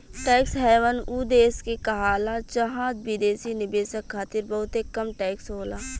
tax haven उ देश के कहाला जहां विदेशी निवेशक खातिर बहुते कम टैक्स होला